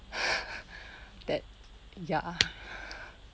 that ya